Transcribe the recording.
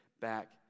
back